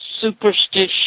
Superstition